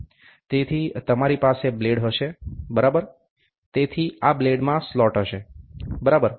તેથી તમારી પાસે બ્લેડ હશે બરાબર તેથી આ બ્લેડમાં સ્લોટ હશે બરાબર